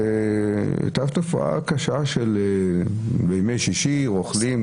הייתה תופעה קשה בימי שישי של רוכלים,